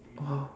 !wah!